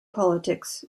politics